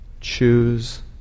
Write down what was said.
choose